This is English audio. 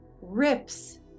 rips